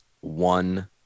one